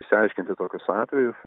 išsiaiškinti tokius atvejus